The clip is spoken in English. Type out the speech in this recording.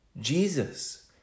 Jesus